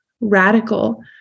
radical